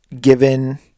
given